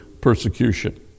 persecution